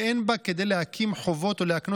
ואין בה כדי להקים חובות או להקנות